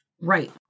right